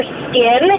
skin